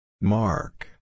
Mark